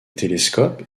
télescopes